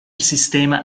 sistema